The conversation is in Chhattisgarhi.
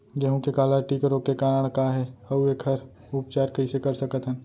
गेहूँ के काला टिक रोग के कारण का हे अऊ एखर उपचार कइसे कर सकत हन?